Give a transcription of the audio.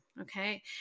Okay